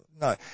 No